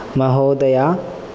महोदय